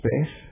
space